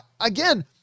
again